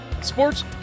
sports